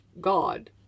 God